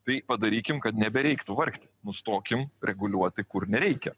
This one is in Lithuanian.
tai padarykim kad nebereiktų vargti nustokim reguliuoti kur nereikia